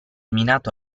minato